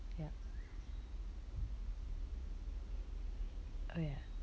ya ya